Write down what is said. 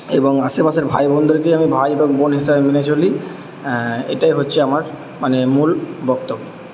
এবং আশেপাশের ভাইবোনদেরকে আমি ভাই এবং বোন হিসাবে মেনে চলি এটাই হচ্ছে আমার মানে মূল বক্তব্য